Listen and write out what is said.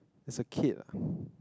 there's a kid lah